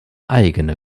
eigene